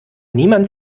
niemand